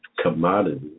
commodity